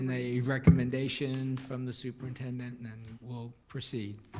and a recommendation from the superintendent and then we'll proceed.